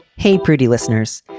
hey, pretty listeners,